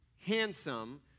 handsome